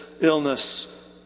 illness